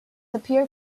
appear